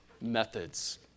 methods